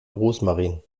rosmarin